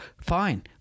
fine